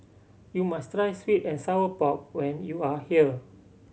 you must try sweet and sour pork when you are here